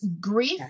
grief